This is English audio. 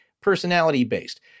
personality-based